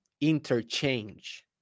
interchange